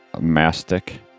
Mastic